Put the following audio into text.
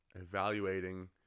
evaluating